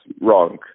wrong